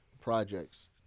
projects